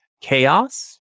chaos